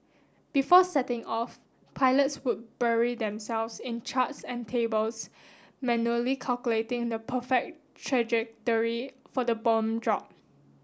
before setting off pilots would bury themselves in charts and tables manually calculating the perfect trajectory for the bomb drop